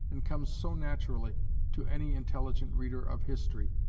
and comes so naturally to any intelligent reader of history,